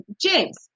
James